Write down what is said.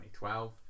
2012